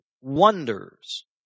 wonders